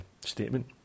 statement